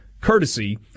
courtesy